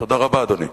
תודה רבה, אדוני.